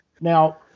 Now –